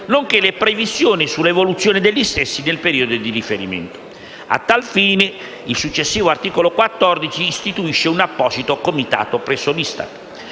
nonché le previsioni sull'evoluzione degli stessi nel periodo di riferimento. A tal fine, il successivo articolo 14 istituisce un apposito comitato presso l'ISTAT.